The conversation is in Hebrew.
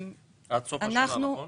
עד סוף השנה, נכון?